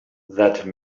that